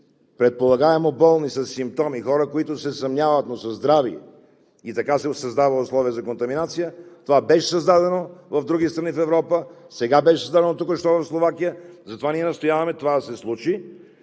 предполагаемо болни със симптоми, и хора, които се съмняват, но са здрави, и така се създават условия за контаминация, това беше създадено в други страни на Европа, сега беше създадено току-що в Словакия, затова ние настояваме това да се случи,